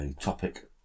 topic